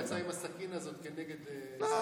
עד שהוא יצא עם הסכין הזאת כנגד אזרחי ישראל.